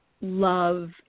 love